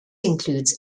includes